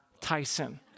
Tyson